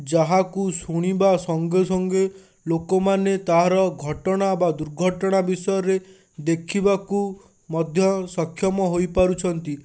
ଯାହାକୁ ଶୁଣିବା ସଙ୍ଗେ ସଙ୍ଗେ ଲୋକମାନେ ତା'ର ଘଟଣା ବା ଦୁର୍ଘଟଣା ବିଷୟରେ ଦେଖିବାକୁ ମଧ୍ୟ ସକ୍ଷମ ହୋଇପାରୁଛନ୍ତି